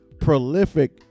prolific